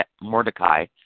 Mordecai